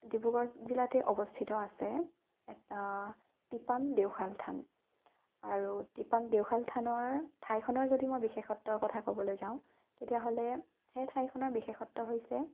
ডিব্ৰুগড় জিলাতে অৱস্থিত আছে এটা টিপাম দেওশাল থান আৰু টিপাম দেওশাল থানৰ ঠাইখনৰ যদি মই বিশেষত্বৰ কথা ক'বলৈ যাওঁ তেতিয়াহ'লে সেই ঠাইখনৰ বিশেষত্ব হৈছে